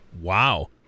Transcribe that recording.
Wow